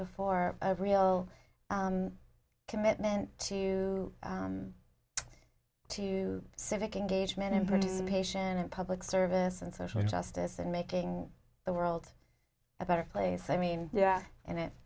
before a real commitment to to civic engagement important patient public service and social justice and making the world a better place i mean yeah and it